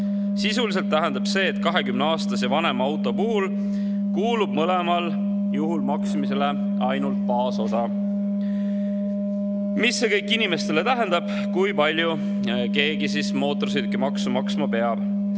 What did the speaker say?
Sisuliselt tähendab see, et 20‑aastase ja vanema auto puhul kuulub mõlemal juhul maksmisele ainult baasosa. Mida see kõik inimestele tähendab, kui palju keegi siis mootorsõidukimaksu maksma